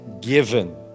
given